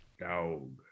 Dog